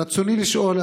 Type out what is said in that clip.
רצוני לשאול,